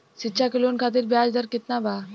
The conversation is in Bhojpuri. शिक्षा लोन खातिर ब्याज दर केतना बा?